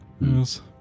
Yes